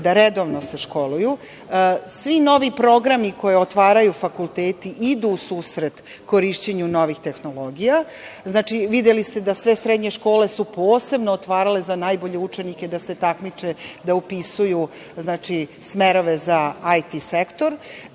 se redovno školuju. Svi novi programi koje otvaraju fakulteti idu u susret korišćenju novih tehnologija. Znači, videli ste da sve srednje škole su posebno otvarale za najbolje učenike da se takmiče, da upisuju smerove za IT sektor.S